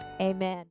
Amen